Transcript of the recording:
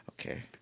okay